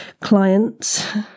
client's